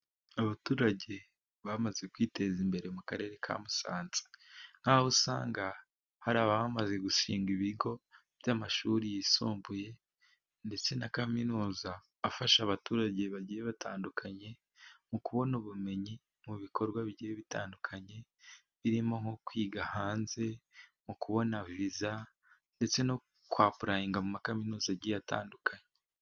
Abaturage bamaze kwiteza imbere mu karere ka Musanze, nk'aho usanga hari abamaze gushinga ibigo by'amashuri yisumbuye ndetse na kaminuza, afasha abaturage bagiye batandukanye mu kubona ubumenyi mu bikorwa bitandukanye birimo nko kwiga hanze, no kubona viza ndetse no kwapurayinga mu makaminuza agiye atandukanye.